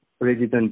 resident